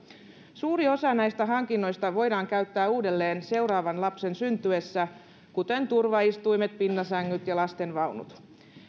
suuri osa näistä hankinnoista voidaan käyttää uudelleen seuraavan lapsen syntyessä kuten turvaistuimet pinnasängyt ja lastenvaunut